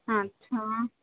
अच्छा